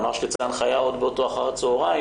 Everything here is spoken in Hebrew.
-- אמר שתצא הנחיה עוד באותו אחר הצוהריים